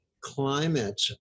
climate